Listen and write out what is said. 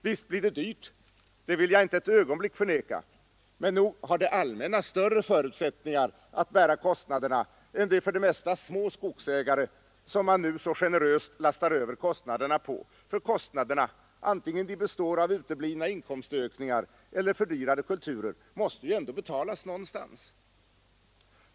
Visst blir det dyrt, det vill jag inte för ett ögonblick förneka, men nog har det allmänna större förutsättningar att bära kostnaderna än de för det mesta små skogsägare som man nu så generöst lastar över kostnaderna på, för kostnaderna, antingen de består av uteblivna inkomstökningar eller fördyrade kulturer, måste ju ändå betalas någonstans.